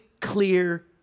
clear